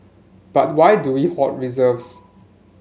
but why do we hoard reserves